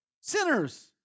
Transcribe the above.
sinners